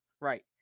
Right